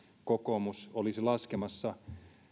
kokoomus olisi laskemassa